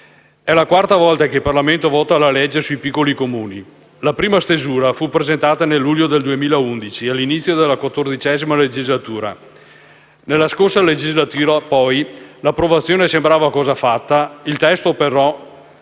È la quarta volta che il Parlamento vota la legge sui piccoli Comuni. La prima stesura fu presentata nel luglio del 2011, all'inizio della XIV legislatura. Nella scorsa legislatura, poi, l'approvazione sembrava cosa fatta. Il testo, però,